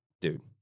dude